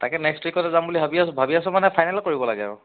তাকে নেক্সট উইকতে যাম বুলি ভাবি আছো ভাবি আছো মানে ফানেল কৰিব লাগে আৰু